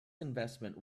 investment